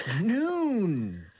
Noon